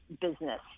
business